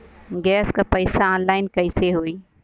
Gas क पैसा online कइसे होई?